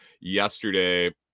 yesterday